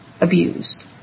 abused